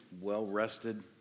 well-rested